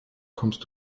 kommst